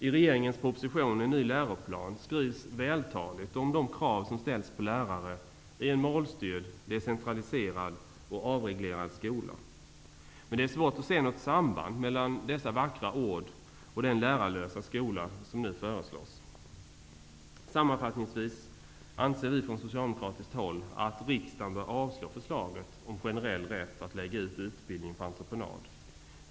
I regeringens proposition En ny läroplan skrivs vältaligt om de krav som ställs på lärare i en målstyrd, decentraliserad och avreglerad skola. Det är svårt att se något samband mellan dessa vackra ord och den lärarlösa skola som nu föreslås. Sammanfattningsvis anser vi socialdemokrater att riksdagen bör avslå förslaget om generell rätt att lägga ut utbildning på entreprenad.